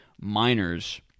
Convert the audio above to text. miners